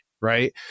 right